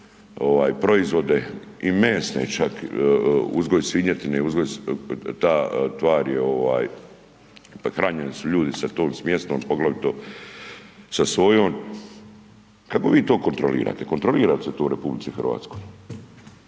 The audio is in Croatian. proizvode i mesne čak uzgoj svinjetine, ta tvar hranjeni su ljudi tom smjesom, poglavito sa sojom, kako vi to kontrolirate? Kontrolira li se to u RH? Ja sam